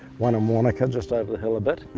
one in wanaka just over the hill a bit.